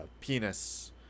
penis